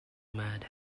mad